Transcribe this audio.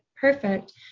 perfect